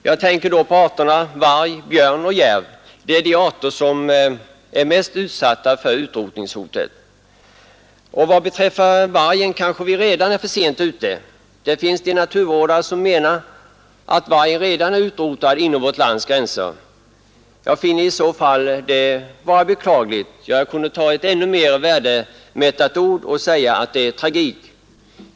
Jag tänker då på sådana arter som varg, björn och järv, vilka mest är utsatta för utrotningshotet. Vad vargen beträffar kan man nog säga att vi redan är för sent ute. En del naturvårdare menar att vargen redan är utrotad inom vårt lands gränser, vilket är beklagligt. Jag skulle kunna ta ett ännu mer värdemättat ord och säga att det är en tragik.